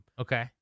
Okay